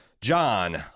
John